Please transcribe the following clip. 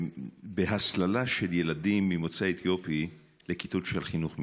בהסללה של ילדים ממוצא אתיופי לכיתות של חינוך מיוחד.